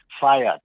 fired